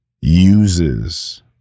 uses